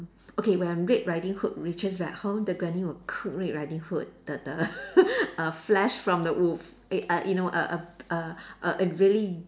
okay when red riding hood reaches back home the granny will cook red riding hood the the err flesh from the wolf eh err you know a a a a really